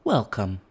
Welcome